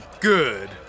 Good